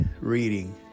reading